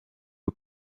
aux